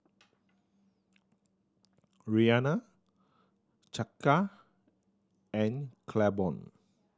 Rianna Chaka and Claiborne